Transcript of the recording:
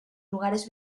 lugares